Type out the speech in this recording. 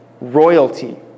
Royalty